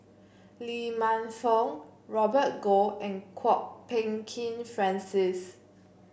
Lee Man Fong Robert Goh and Kwok Peng Kin Francis